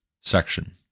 section